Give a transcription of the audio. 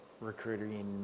recruiting